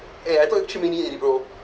eh I talk three minute already bro